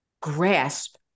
grasp